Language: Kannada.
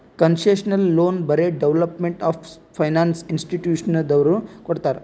ಕನ್ಸೆಷನಲ್ ಲೋನ್ ಬರೇ ಡೆವೆಲಪ್ಮೆಂಟ್ ಆಫ್ ಫೈನಾನ್ಸ್ ಇನ್ಸ್ಟಿಟ್ಯೂಷನದವ್ರು ಕೊಡ್ತಾರ್